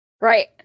Right